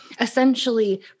essentially